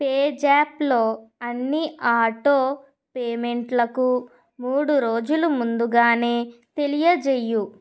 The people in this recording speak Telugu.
పేజాప్లో అన్ని ఆటో పేమెంట్లకు మూడు రోజులు ముందుగానే తెలియజేయు